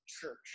church